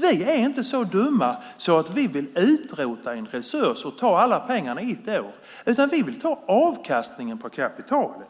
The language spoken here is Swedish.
Vi är inte så dumma att vi vill utrota en resurs och ta alla pengar ett år, utan vi vill ta avkastningen på kapitalet.